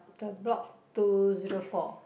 the block two zero four